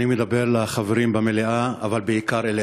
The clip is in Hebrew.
אני מדבר לחברים במליאה אבל בעיקר אליך,